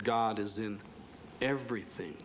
god is in everything